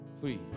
Please